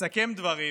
מסכם דברים,